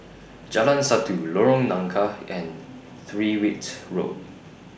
Jalan Satu Lorong Nangka and Tyrwhitt Road